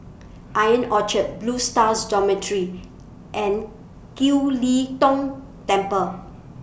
Ion Orchard Blue Stars Dormitory and Kiew Lee Tong Temple